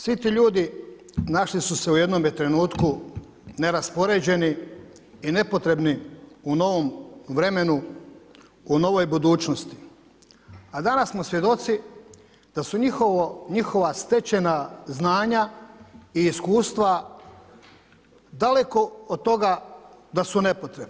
Svi ti ljudi našli su se u jednome trenutku neraspoređeni i nepotrebni u novom vremenu, u novoj budućnosti a danas smo svjedoci da su njihova stečena znanja i iskustva daleko od toga da su nepotrebna.